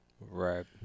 right